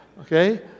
Okay